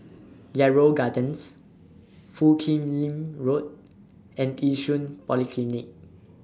Yarrow Gardens Foo Kim Lin Road and Yishun Polyclinic